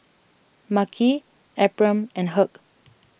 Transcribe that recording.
Makhi Ephram and Hugh